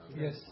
Yes